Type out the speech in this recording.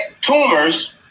tumors